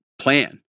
plan